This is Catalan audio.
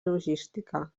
logística